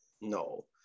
No